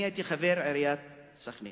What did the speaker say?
אני הייתי חבר עיריית סח'נין,